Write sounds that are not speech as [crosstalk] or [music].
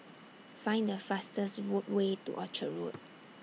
Find The fastest [unintelligible] Way to Orchard Road